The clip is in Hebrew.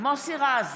מוסי רז,